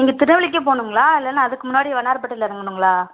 நீங்கள் திருநெல்வேலிக்கு போகணுங்களா இல்லைனா அதுக்கு முன்னாடி வண்ணாரப்பேட்டையில் இறங்குணுங்களா